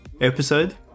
episode